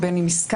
בין אם הסכמנו,